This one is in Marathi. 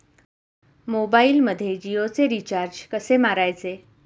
मोबाइलमध्ये जियोचे रिचार्ज कसे मारायचे?